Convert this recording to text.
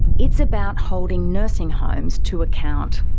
it's about holding nursing homes to account.